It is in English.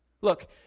Look